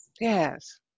Yes